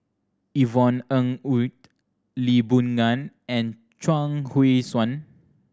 Yvonne Ng Uhde Lee Boon Ngan and Chuang Hui Tsuan